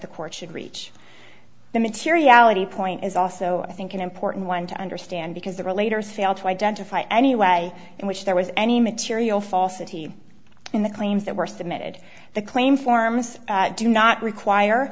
the court should reach the materiality point is also i think an important one to understand because the relator failed to identify any way in which there was any material falsity in the claims that were submitted the claim forms do not require